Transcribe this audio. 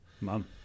Mom